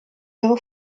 ihre